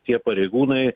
tie pareigūnai